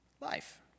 life